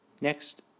Next